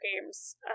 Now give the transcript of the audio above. Games